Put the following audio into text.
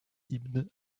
ibn